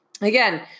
again